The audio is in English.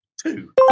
two